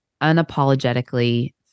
unapologetically